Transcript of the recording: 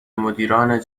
مدیران